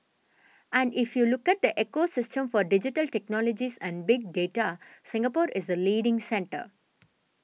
and if you look at the ecosystem for digital technologies and big data Singapore is the leading centre